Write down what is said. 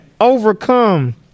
overcome